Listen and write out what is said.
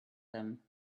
them